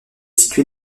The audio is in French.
située